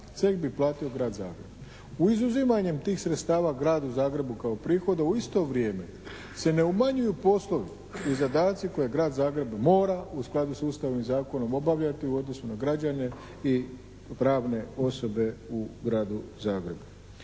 ceh bi platio Grad Zagreb. U izuzimanjem tih sredstava Gradu Zagrebu kao prihoda u isto vrijeme se ne umanjuju poslovi i zadaci koje Grad Zagreb mora u skladu sa Ustavom i zakonom obavljati u odnosu na građane i pravne osobe u Gradu Zagrebu.